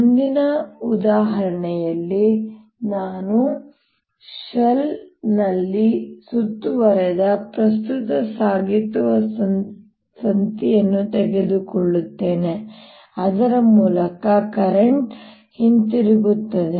ಮುಂದಿನ ಉದಾಹರಣೆಯಲ್ಲಿ ನಾನು ಶೆಲ್ನಲ್ಲಿ ಸುತ್ತುವರಿದ ಪ್ರಸ್ತುತ ಸಾಗಿಸುವ ತಂತಿಯನ್ನು ತೆಗೆದುಕೊಳ್ಳುತ್ತೇನೆ ಅದರ ಮೂಲಕ ಕರೆಂಟ್ ಹಿಂತಿರುಗುತ್ತದೆ